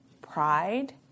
pride